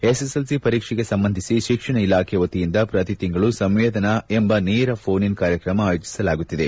SSLC ಪರೀಕ್ಷೆಗೆ ಸಂಬಂಧಿಸಿ ಶಿಕ್ಷಣ ಇಲಾಖೆ ವತಿಯಿಂದ ಪ್ರತಿ ತಿಂಗಳು ಸಂವೇದನಾ ಎಂಬ ನೇರ ಫೋನ್ ಇನ್ ಕಾರ್ಯಕ್ರಮ ಆಯೋಜಿಸಲಾಗುತ್ತಿದೆ